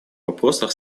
вопросах